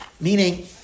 Meaning